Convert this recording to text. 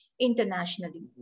internationally